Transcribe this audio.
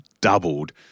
doubled